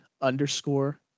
underscore